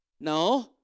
No